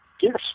yes